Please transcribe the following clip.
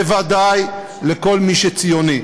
בוודאי כל מי שציוני.